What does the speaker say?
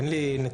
אין לי נתונים,